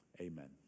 amen